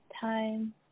Time